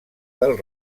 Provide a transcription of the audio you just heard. del